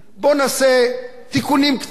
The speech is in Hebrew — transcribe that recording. בוא נעשה תיקונים קטנים,